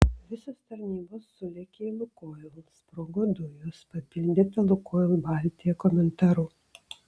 visos tarnybos sulėkė į lukoil sprogo dujos papildyta lukoil baltija komentaru